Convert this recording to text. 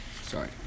sorry